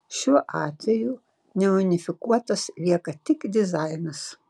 šiuo atveju neunifikuotas lieka tik dizainas